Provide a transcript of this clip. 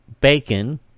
bacon